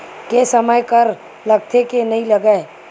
के समय कर लगथे के नइ लगय?